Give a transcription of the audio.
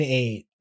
eight